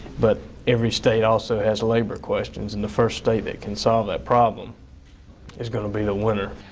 but every state also has labor questions. and the first state that can solve that problem is going to be the winner.